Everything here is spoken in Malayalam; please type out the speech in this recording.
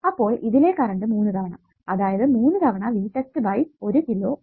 അപ്പോൾ ഇതിലെ കറണ്ട് 3 തവണ അതായത് 3 തവണ V test ബൈ 1 കിലോ Ω